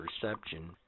perception